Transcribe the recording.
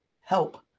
help